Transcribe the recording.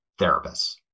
therapists